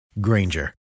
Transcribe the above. Granger